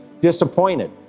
disappointed